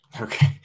Okay